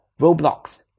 Roblox